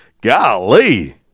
golly